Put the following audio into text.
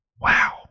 Wow